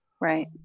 right